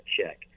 check